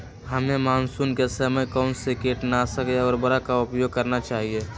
हमें मानसून के समय कौन से किटनाशक या उर्वरक का उपयोग करना चाहिए?